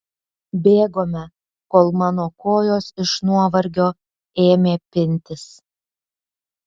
bėgome kol mano kojos iš nuovargio ėmė pintis